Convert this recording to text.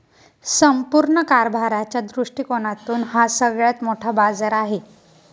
संपूर्ण कारभाराच्या दृष्टिकोनातून हा सगळ्यात मोठा बाजार आहे